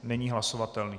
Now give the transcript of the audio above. Není hlasovatelný.